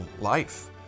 life